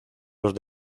los